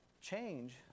change